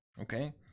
Okay